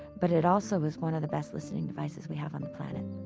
but it also is one of the best listening devices we have on the planet